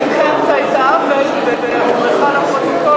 תיקנת את העוול באומרך לפרוטוקול,